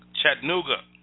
Chattanooga